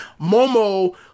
Momo